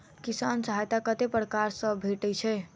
किसान सहायता कतेक पारकर सऽ भेटय छै?